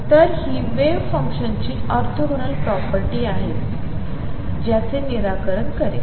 तर ही वेव्ह फंक्शनची ऑर्थोगोनल प्रॉपर्टी आहे जी याचे निराकरण करेल